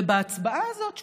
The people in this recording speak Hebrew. ובהצבעה הזאת,